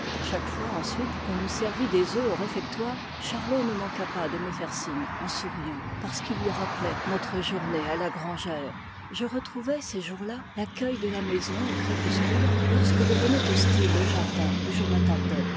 chaque fois ensuite qu'on nous servit des œufs au réfectoire charlot ne manqua pas dë iiië faire signe en souriant parce qu'ils lui rappelaient notre journée à la grangère je retrouvais ces jours-là l'accueil de la maison au crépuscule lorsque devenait hostile le jardin où je m'attardais